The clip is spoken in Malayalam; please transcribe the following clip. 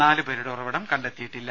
നാലുപേരുടെ ഉറവിടം കണ്ടെത്തിയിട്ടില്ല